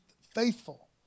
faithful